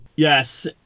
Yes